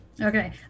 Okay